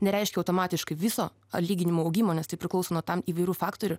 nereiškia automatiškai viso atlyginimų augimo nes tai priklauso nuo tam įvairių faktorių